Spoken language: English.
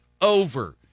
over